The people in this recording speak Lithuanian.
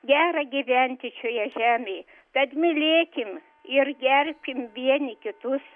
gera gyventi šioje žemėj tad mylėkim ir gerbkim vieni kitus